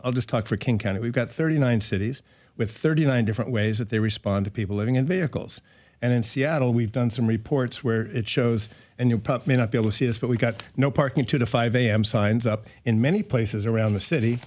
i'll just talk for king county we've got thirty nine cities with thirty nine different ways that they respond to people living in vehicles and in seattle we've done some reports where it shows a new pup may not be able to see us but we've got no parking to five am signs up in many places around the city